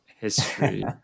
history